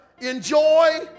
enjoy